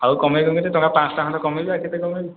ଆଉ କମାଇବି ବୋଲେ ଧର ପାଞ୍ଚଶହ ଟଙ୍କା ଖଣ୍ଡ କମାଇବି ଆଉ କେତେ କମାଇବି